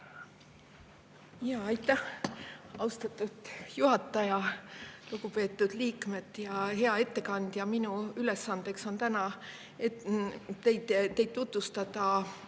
Aitäh, austatud juhataja! Lugupeetud liikmed! Hea ettekandja! Minu ülesanne on täna teile tutvustada